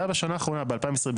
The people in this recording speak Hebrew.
זה היה בשנה האחרונה, ב-2022.